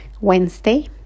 Wednesday